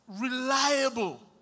reliable